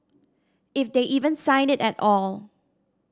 if they even sign it at all